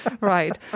Right